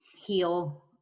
heal